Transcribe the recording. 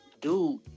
dude